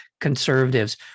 conservatives